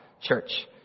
church